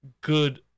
good